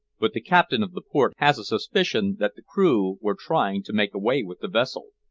but the captain of the port has a suspicion that the crew were trying to make away with the vessel.